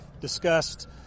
discussed